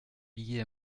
billets